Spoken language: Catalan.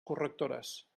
correctores